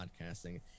podcasting